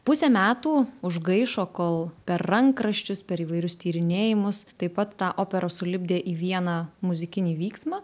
pusę metų užgaišo kol per rankraščius per įvairius tyrinėjimus taip pat tą operą sulipdė į vieną muzikinį vyksmą